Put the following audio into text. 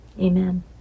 Amen